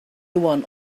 one